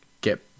get